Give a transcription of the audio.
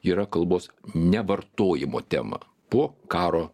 yra kalbos nevartojimo tema po karo